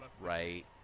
Right